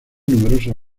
numerosos